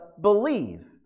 believe